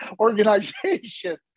organization